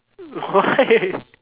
why